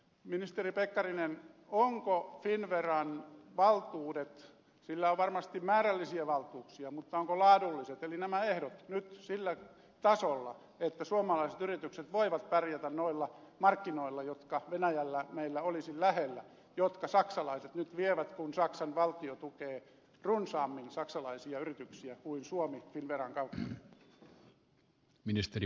ministeri pekkarinen ovatko finnveran valtuudet sillä on varmasti määrällisiä valtuuksia laadulliset valtuudet eli nämä ehdot nyt sillä tasolla että suomalaiset yritykset voivat pärjätä noilla markkinoilla jotka venäjällä meillä olisivat lähellä jotka saksalaiset nyt vievät kun saksan valtio tukee runsaammin saksalaisia yrityksiä kuin suomi finnveran kautta